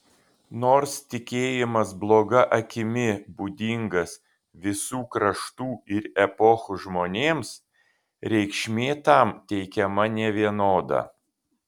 nors tikėjimas bloga akimi būdingas visų kraštų ir epochų žmonėms reikšmė tam teikiama nevienoda